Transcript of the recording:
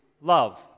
love